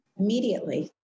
Immediately